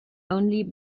only